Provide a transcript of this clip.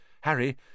Harry